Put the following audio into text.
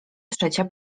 trzecia